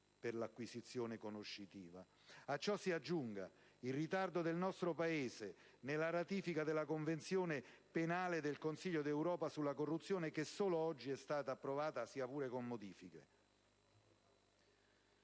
di acquisizione conoscitiva. A ciò si aggiunga il ritardo del nostro Paese nella ratifica della Convenzione penale del Consiglio d'Europa sulla corruzione, che solo oggi è stata approvata, sia pure con modifiche.